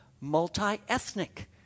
multi-ethnic